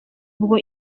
ubwo